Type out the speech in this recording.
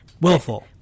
Willful